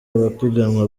abapiganwa